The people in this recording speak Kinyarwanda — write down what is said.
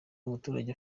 umuturage